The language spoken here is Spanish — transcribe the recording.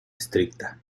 estricta